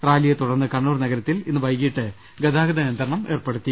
റാലിയെ തുടർന്ന് കണ്ണൂർ നഗരത്തിൽ ഇന്ന് വൈകിട്ട് ഗതാഗത നിയ ന്ത്രണം ഏർപ്പെടുത്തി